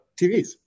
TVs